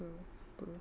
ke apa